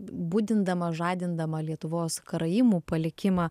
budindama žadindama lietuvos karaimų palikimą